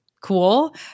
cool